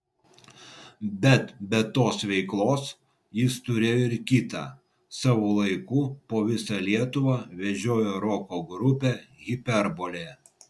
bet be tos veiklos jis turėjo ir kitą savo laiku po visą lietuvą vežiojo roko grupę hiperbolė